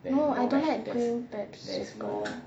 no I don't like green capsicum